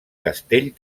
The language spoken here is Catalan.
castell